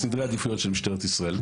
בסדרי עדיפויות של משטרת ישראל.